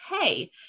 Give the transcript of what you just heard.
Hey